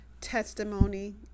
testimony